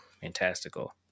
fantastical